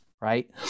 right